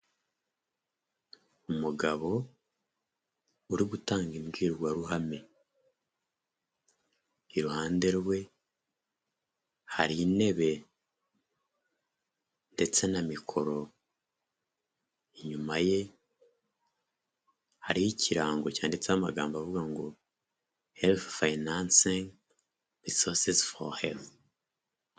Umugabo uri gutanga imbwirwaruhame, iruhande rwe hari intebe ndetse na mikoro, inyuma ye hari ikirango cyanditseho amagambo avuga ngo...